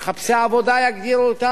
אנשים, בני-אנוש,